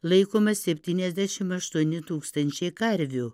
laikoma septyniasdešim aštuoni tūkstančiai karvių